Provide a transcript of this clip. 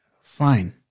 Fine